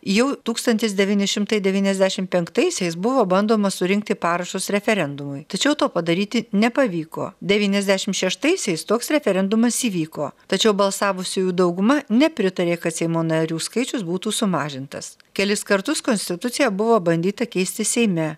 jau tūkstantis devyni šimtai devyniasdešim penktaisiais buvo bandoma surinkti parašus referendumui tačiau to padaryti nepavyko devyniasdešim šeštaisiais toks referendumas įvyko tačiau balsavusiųjų dauguma nepritarė kad seimo narių skaičius būtų sumažintas kelis kartus konstituciją buvo bandyta keisti seime